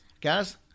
Guys